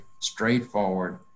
straightforward